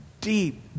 deep